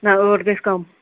نہَ ٲٹھ گژھِ کَم